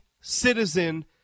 citizen